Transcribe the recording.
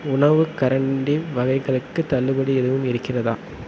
உணவு கரண்டி வகைகளுக்குத் தள்ளுபடி எதுவும் இருக்கிறதா